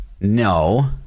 no